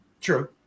True